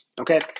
okay